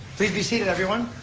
please be seated everyone.